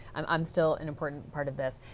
um i'm still an important part of this.